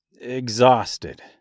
exhausted